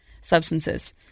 substances